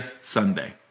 Sunday